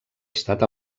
estat